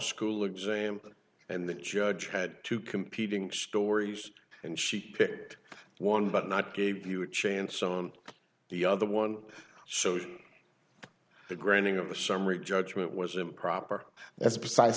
school exam and the judge had two competing stories and she picked one but not gave you a chance on the other one so the granting of a summary judgment was improper